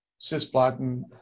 cisplatin